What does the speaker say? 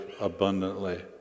abundantly